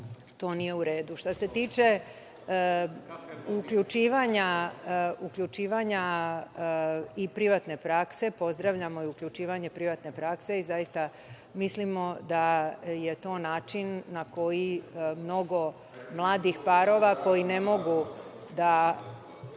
to nije u redu. Što se tiče uključivanja i privatne prakse, pozdravljamo uključivanje privatne prakse i zaista mislimo da je to način na koji mnogo mladih parova koji ne mogu